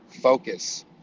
focus